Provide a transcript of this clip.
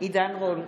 עידן רול,